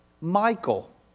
Michael